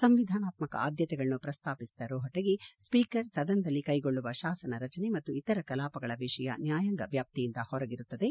ಸಂವಿಧಾನಾತ್ಮಕ ಆದ್ಯತೆಗಳನ್ನು ಪ್ರಸ್ತಾಪಿಸಿದ ರೋಹಟಗಿ ಸ್ವೀಕರ್ ಸದನದಲ್ಲಿ ಕೈಗೊಳ್ಳುವ ಶಾಸನ ರಜನೆ ಮತ್ತು ಇತರ ಕಲಾಪಗಳ ವಿಷಯ ನ್ಯಾಯಾಂಗ ವ್ಯಾಪ್ತಿಯಿಂದ ಹೊರಗಿರುತ್ತದೆ